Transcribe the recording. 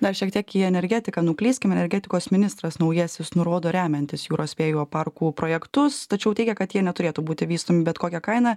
dar šiek tiek į energetiką nuklyskim energetikos ministras naujasis nurodo remiantis jūros vėjo parkų projektus tačiau teigia kad jie neturėtų būti vystomi bet kokia kaina